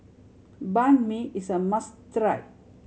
Banh Mi is a must try